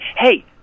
Hey